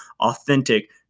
authentic